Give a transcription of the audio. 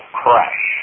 crash